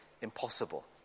impossible